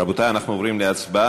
רבותי, אנחנו עוברים להצבעה.